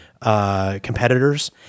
competitors